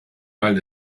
weil